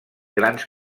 grans